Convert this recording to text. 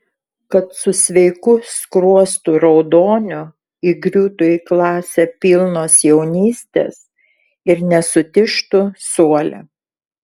kad su sveiku skruostų raudoniu įgriūtų į klasę pilnos jaunystės ir nesutižtų suole